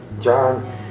John